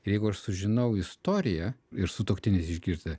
jeigu aš sužinau istoriją ir sutuoktinis išgirsta